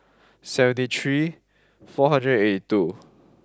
seventy three four hundred and eighty two